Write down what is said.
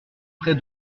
près